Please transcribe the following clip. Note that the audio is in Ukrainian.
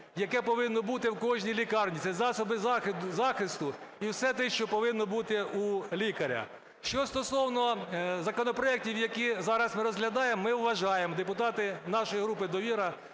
яке повинно бути у кожній лікарні – це засоби захисту і все те, що повинно бути у лікаря. Що стосовно законопроектів, які зараз ми розглядаємо, ми вважаємо депутати нашої групи "Довіра",